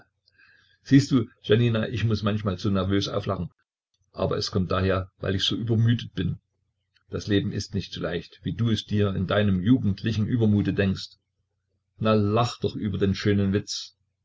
siehst du jania ich muß manchmal so nervös auflachen aber es kommt daher weil ich so übermüdet bin das leben ist nicht so leicht wie du es dir in deinem jugendlichen übermute denkst na lach doch über den schönen witz